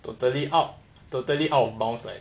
totally out totally out of bounds like